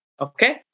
Okay